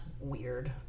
weird